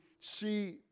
see